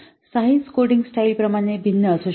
size coding style प्रमाणे भिन्न असू शकतात